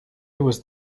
was